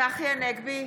צחי הנגבי,